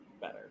better